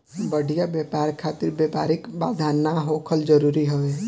बढ़िया व्यापार खातिर व्यापारिक बाधा ना होखल जरुरी हवे